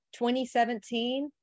2017